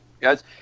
Guys